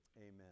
Amen